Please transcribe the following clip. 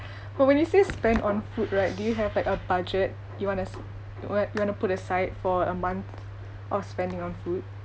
but when you say spent on food right do you have like a budget you want to s~ you want you want to put aside for a month of spending on food